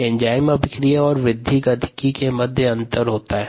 enzyme अभिक्रिया और वृद्धि गतिकी के मध्य अंतर होता है